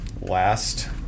last